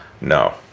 no